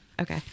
Okay